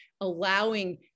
allowing